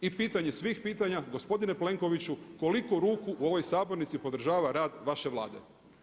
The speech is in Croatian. I pitanje svih pitanja gospodine Plenkoviću koliko ruku u ovoj sabornici podržava rad vaše Vlade?